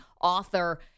author